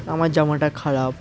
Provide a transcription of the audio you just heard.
আমার জামাটা খারাপ